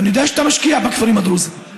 ואני יודע שאתה משקיע בכפרים הדרוזיים.